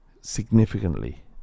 significantly